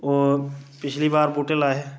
ओह् पिछली बार बूह्टे लाए हे